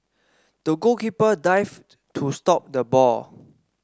the goalkeeper dived to stop the ball